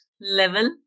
level